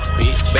bitch